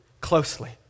closely